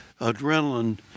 adrenaline